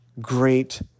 great